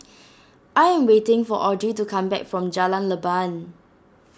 I am waiting for Audrey to come back from Jalan Leban